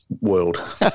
World